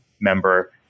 member